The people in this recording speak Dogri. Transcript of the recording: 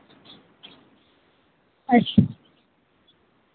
अच्छा